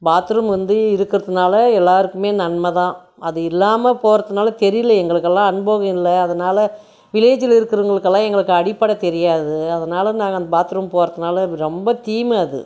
bathroom வந்து இருக்கறதுனால் எல்லாருக்குமே நன்மை தான் அது இல்லாமல் போகிறதுனால தெரியல எங்களுக்குலாம் அனுபவம் இல்லை அதனால வில்லேஜில் இருக்கிறவங்களுக்கெல்லாம் எங்களுக்கு அடிப்படை தெரியாது அதனால் நாங்கள் பாத்ரூம் போகிறதுனால ரொம்ப தீமை அது